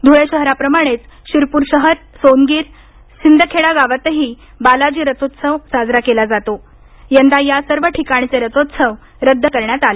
ध्रुळे शहराप्रमाणेच शिरपूर शहर सोनगीर शिंदखेडा गावातही बालाजी रथोत्सव साजरा केला जातो यंदा या सर्व ठिकाणचे रथोत्सव रद्द करण्यात आले